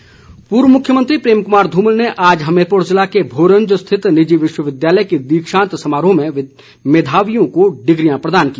धुमल पूर्व मुख्यमंत्री प्रेम कुमार धूमल ने आज हमीरपुर जिला के भोरंज स्थित निजी विश्वविद्यालय के दीक्षांत समारोह में मेधावियों को डिग्रियां प्रदान की